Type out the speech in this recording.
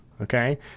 Okay